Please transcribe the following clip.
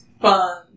fun